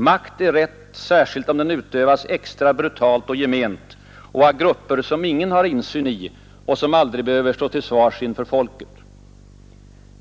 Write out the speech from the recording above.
Makt är rätt särskilt om den utövas extra brutalt och gement — och av grupper som ingen har insyn i och som aldrig behöver stå till svars inför folket.”